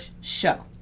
show